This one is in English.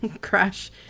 crash